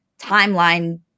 timeline